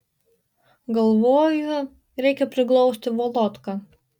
galvoju reikia priglausti volodką